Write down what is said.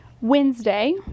Wednesday